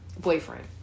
Boyfriend